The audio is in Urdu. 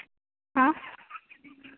ہاں